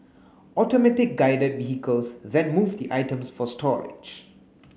Automatic Guided Vehicles then move the items for storage